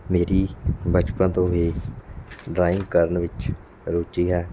ਮੇਰੀ ਬਚਪਨ ਤੋਂ ਹੀ ਡਰਾਇੰਗ ਕਰਨ ਵਿੱਚ ਰੁਚੀ ਹੈ